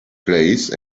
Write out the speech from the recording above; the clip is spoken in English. place